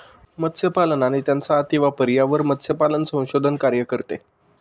मत्स्यपालन आणि त्यांचा अतिवापर यावर मत्स्यपालन संशोधन कार्य करते